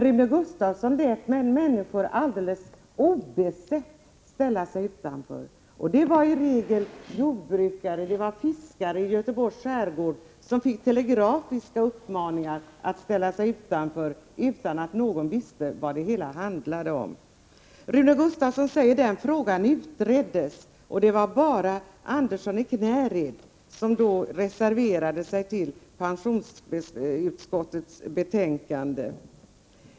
Rune Gustavsson lät människor helt oinformerade ställa sig utanför. Det var i regel jordbrukare, och det var fiskare i Göteborgs skärgård, som telegrafiskt fick uppmaningen att ställa sig utanför utan att någon av dem visste vad det hela handlade om. Rune Gustavsson säger vidare att frågan utreddes och att det bara var Andersson i Knäred som då reserverade sig mot pensionskommitténs betänkande.